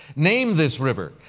name this river,